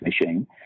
machine